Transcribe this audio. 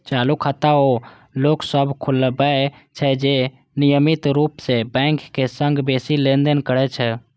चालू खाता ओ लोक सभ खोलबै छै, जे नियमित रूप सं बैंकक संग बेसी लेनदेन करै छै